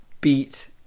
beat